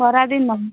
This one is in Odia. ଖରା ଦିନ